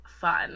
fun